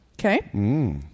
Okay